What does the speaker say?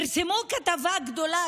פרסמו כתבה גדולה,